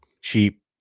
cheap